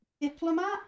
diplomat